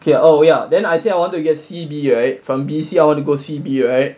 okay oh ya then I said I wanted to get C B right from B C I wanted go C B right